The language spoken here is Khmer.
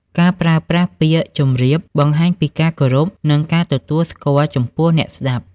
ការប្រើប្រាស់ពាក្យ ជម្រាប បង្ហាញពីការគោរព និងការទទួលស្គាល់ចំពោះអ្នកស្ដាប់។